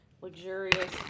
luxurious